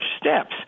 steps